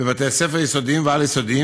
בבתי-ספר יסודיים ועל-יסודיים,